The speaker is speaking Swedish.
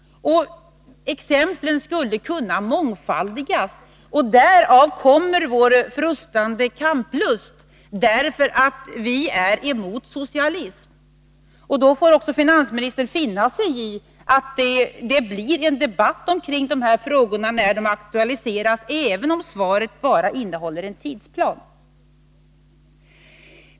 Exemplen skulle kunna mångfaldigas. — Därav kommer vår frustande kamplust, eftersom vi är emot socialism. Då får också finansministern finna sig i att det blir en debatt omkring dessa frågor när de aktualiseras, även om svaret bara innehåller en tidsplan.